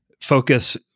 focus